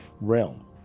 realm